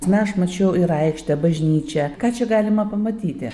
na aš mačiau ir aikštę bažnyčią ką čia galima pamatyti